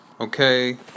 okay